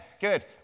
good